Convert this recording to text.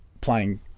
playing